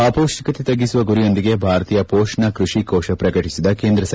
ಅಪೌಷ್ಷಿಕತೆ ತಗ್ಗಿಸುವ ಗುರಿಯೊಂದಿಗೆ ಭಾರತೀಯ ಪೋಷಣ ಕೃಷಿ ಕೋಶ ಪ್ರಕಟಿಸಿದ ಕೇಂದ್ರ ಸರ್ಕಾರ